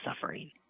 suffering